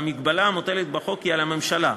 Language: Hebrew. והמגבלה המוטלת בחוק היא על הממשלה,